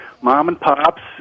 mom-and-pops